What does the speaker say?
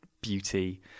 beauty